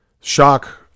shock